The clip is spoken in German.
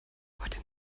heute